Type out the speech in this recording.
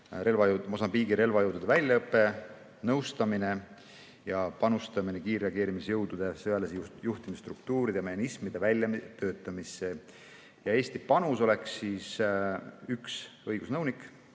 Mosambiigi relvajõudude väljaõpe, nõustamine ja panustamine kiirreageerimisjõudude sõjalise juhtimise struktuuride ja mehhanismide väljatöötamisse. Eesti panus oleks üks õigusnõunik,